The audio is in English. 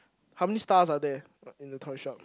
how many stars are there uh in the toy shop